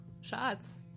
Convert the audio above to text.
shots